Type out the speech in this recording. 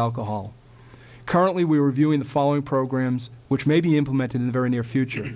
alcohol currently we were viewing the following programs which may be implemented in the very near future